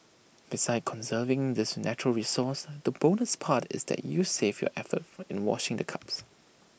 besides conserving this natural resource the bonus part is that you save your effort in washing the cups